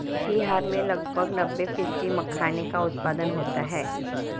बिहार में लगभग नब्बे फ़ीसदी मखाने का उत्पादन होता है